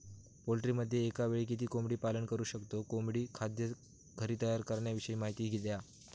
पोल्ट्रीमध्ये एकावेळी किती कोंबडी पालन करु शकतो? कोंबडी खाद्य घरी तयार करण्याविषयी माहिती द्या